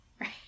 Right